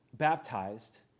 baptized